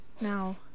now